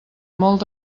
molt